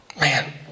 man